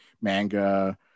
manga